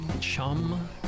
Chum